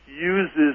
uses